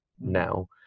now